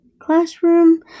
classroom